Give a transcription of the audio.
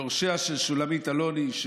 יורשיה של שולמית אלוני,